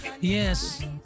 yes